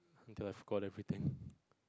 until I forgot everything